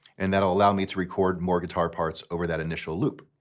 and that'll allow me to record more guitar parts over that initial loop.